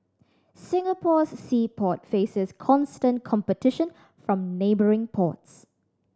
Singapore's sea port faces constant competition from neighbouring ports